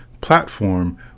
platform